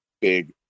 big